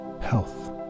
health